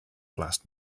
blast